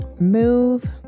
move